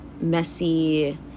messy